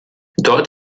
dort